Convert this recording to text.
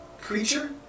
Creature